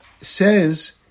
says